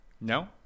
No